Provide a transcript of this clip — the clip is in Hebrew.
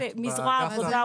באגף זרוע העבודה,